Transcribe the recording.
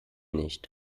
nicht